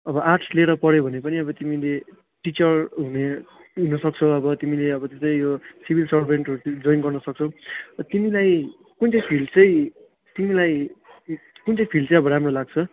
अब आर्ट्स लिएर पढ्यौ भने पनि अब तिमीले टिचर हुने लिन सक्छौ अब तिमीले अब त्यतै सिभिल सर्भेन्टहरूतिर जोइन गर्न सक्छौ र तिमीलाई कुन चाहिँ फिल्ड चाहिँ तिमीलाई फिल्ड कुन चाहिँ फिल्ड चाहिँ अब राम्रो लाग्छ